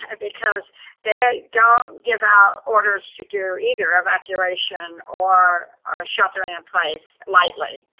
ah because they don't give out orders to do either evacuation or or sheltering in place lightly.